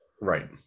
Right